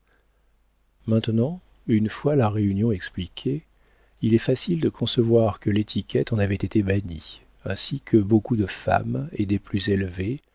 maintenant une fois la réunion expliquée il est facile de concevoir que l'étiquette en avait été bannie ainsi que beaucoup de femmes et des plus élevées